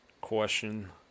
question